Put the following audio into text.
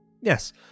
Yes